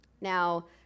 Now